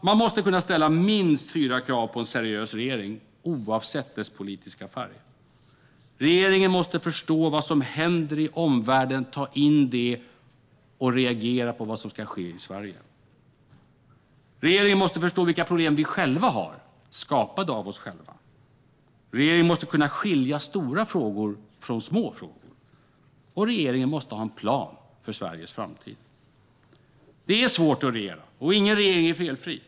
Man måste kunna ställa minst fyra krav på en seriös regering, oavsett dess politiska färg: Regeringen måste förstå vad som händer i omvärlden, ta in det och reagera på vad som ska ske i Sverige. Regeringen måste förstå vilka problem vi själva har, skapade av oss själva. Regeringen måste kunna skilja stora frågor från små. Och regeringen måste ha en plan för Sveriges framtid. Det är svårt att regera, och ingen regering är felfri.